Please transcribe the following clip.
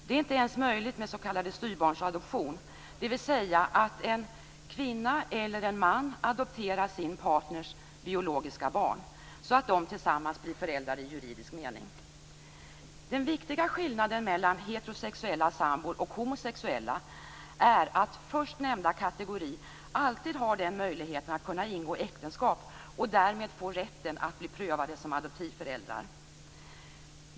Det är inte ens möjligt med s.k. styvbarnsadoption, dvs. att en kvinna eller en man adopterar sin partners biologiska barn så att de tillsammans blir föräldrar i juridisk mening. Den viktiga skillnaden mellan heterosexuella och homosexuella sambor är att förstnämnda kategori alltid har möjlighet att ingå äktenskap och därmed få rätten att bli prövade som adoptivföräldrar.